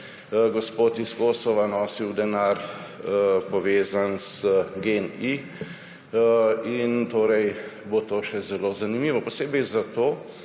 gospod iz Kosova nosil denar, povezan z GEN-i, in torej bo to še zelo zanimivo. Posebej zato,